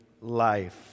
life